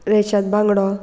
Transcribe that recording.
रेशद बांगडो